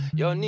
yo